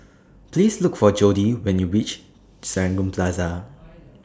Please Look For Jodie when YOU REACH Serangoon Plaza